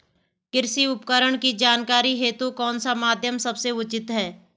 कृषि उपकरण की जानकारी हेतु कौन सा माध्यम सबसे उचित है?